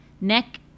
neck